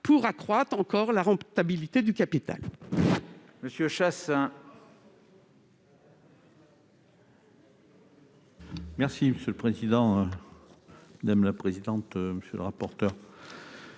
pour accroître davantage la rentabilité du capital.